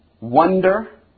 wonder